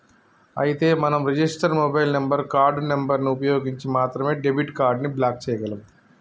అయితే మనం register mobile number card number ని ఉపయోగించి మాత్రమే డెబిట్ కార్డు ని బ్లాక్ చేయగలం